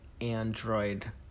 android